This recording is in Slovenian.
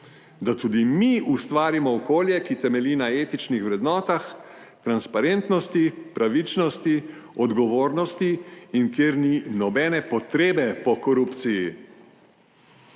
da tudi mi ustvarimo okolje, ki temelji na etičnih vrednotah, transparentnosti, pravičnosti, odgovornosti in kjer ni nobene potrebe po korupciji.